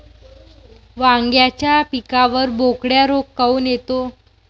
वांग्याच्या पिकावर बोकड्या रोग काऊन येतो?